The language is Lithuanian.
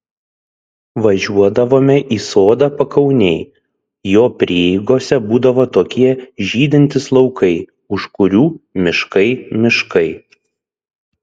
važiuodavome į sodą pakaunėj jo prieigose būdavo tokie žydintys laukai už kurių miškai miškai